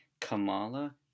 Kamala